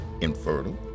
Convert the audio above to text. infertile